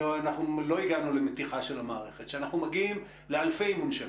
אנחנו לא הגענו למתיחה של המערכת שאנחנו מגיעים לאלפי מונשמים,